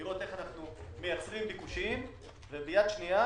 לראות איך אנחנו מייצרים ביקושים וביד השנייה,